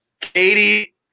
katie